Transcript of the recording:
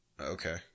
Okay